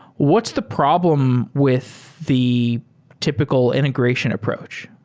what's the problem with the typical integration approach?